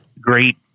great